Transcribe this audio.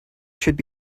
should